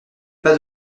pas